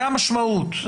זאת המשמעות.